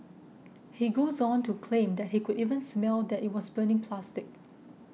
he goes on to claim that he could even smell that it was burning plastic